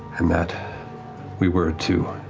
and that we were to,